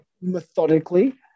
methodically